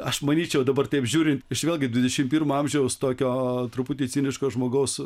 aš manyčiau dabar taip žiūrint iš vėlgi dvidešimt pirmo amžiaus tokio truputį ciniško žmogaus